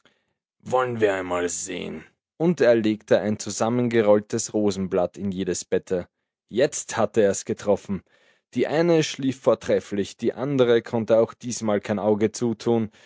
wollen wir einmal sehen und er legte ein zusammengerolltes rosenblatt in jedes bette jetzt hatte er's getroffen die eine schlief vortrefflich die andere konnte auch diesmal kein auge zutun